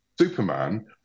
Superman